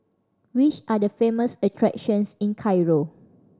which are the famous attractions in Cairo